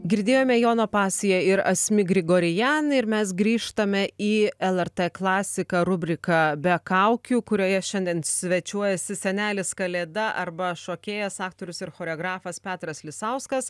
girdėjome jono pasiją ir asmik grigorian ir mes grįžtame į lrt klasiką rubriką be kaukių kurioje šiandien svečiuojasi senelis kalėda arba šokėjas aktorius ir choreografas petras lisauskas